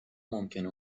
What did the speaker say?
ممکنه